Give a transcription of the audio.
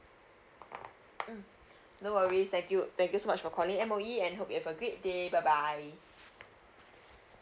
mm no worries thank you thank you so much for calling M_O_E and hope you have a great day bye bye